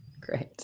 Great